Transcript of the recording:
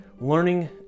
learning